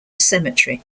cemetery